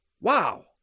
wow